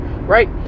right